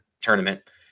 tournament